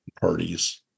parties